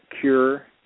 cure